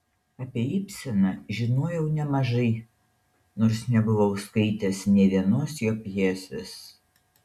apie ibseną žinojau nemažai nors nebuvau skaitęs nė vienos jo pjesės